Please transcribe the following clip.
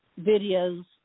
videos